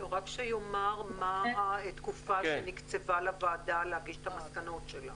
רק שיאמר מה התקופה שנקצבה לוועדה להגיש את המסקנות שלה.